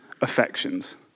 affections